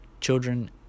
Children